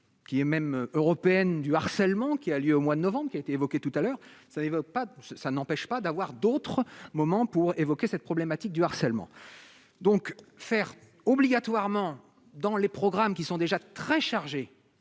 qui est même européenne du harcèlement qui a lieu au mois de novembre qui a été évoqué tout à l'heure, ça ne veut pas pour ça n'empêche pas d'avoir d'autres moments, pour évoquer cette problématique du harcèlement donc faire obligatoirement dans les programmes qui sont déjà très chargées,